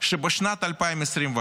שבשנת 2024,